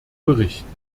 berichten